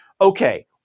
okay